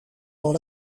dans